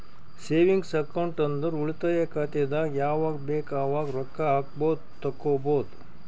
savings account ಅಂದುರ್ ಉಳಿತಾಯ ಖಾತೆದಾಗ್ ಯಾವಗ್ ಬೇಕ್ ಅವಾಗ್ ರೊಕ್ಕಾ ಹಾಕ್ಬೋದು ತೆಕ್ಕೊಬೋದು